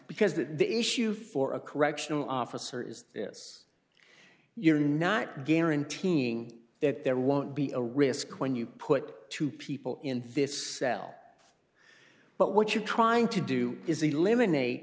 because that the issue for a correctional officer is this you're not guaranteeing that there won't be a risk when you put two people in this cell but what you're trying to do is eliminate